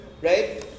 right